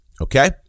Okay